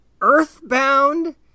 Earthbound